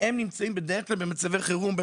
והם נמצאים במצוקה, בדרך כלל, במצבי חירום.